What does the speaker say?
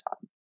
time